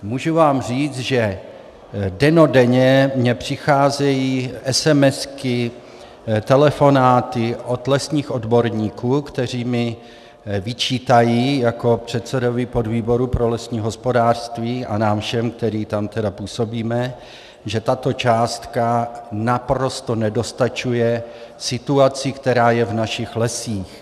Můžu vám říct, že dennodenně mně přicházejí esemesky, telefonáty od lesních odborníků, kteří mi vyčítají jako předsedovi podvýboru pro lesní hospodářství a nám všem, kteří tam působíme, že tato částka naprosto nedostačuje situaci, která je v našich lesích.